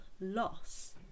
loss